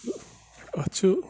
اَتھ چھُ